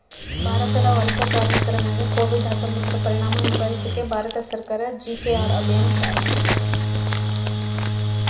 ಭಾರತದ ವಲಸೆ ಕಾರ್ಮಿಕರ ಮ್ಯಾಗ ಕೋವಿಡ್ ಹತ್ತೊಂಬತ್ತುರ ಪರಿಣಾಮ ನಿಭಾಯಿಸಾಕ ಭಾರತ ಸರ್ಕಾರ ಜಿ.ಕೆ.ಆರ್ ಅಭಿಯಾನ್ ಪ್ರಾರಂಭಿಸಿತು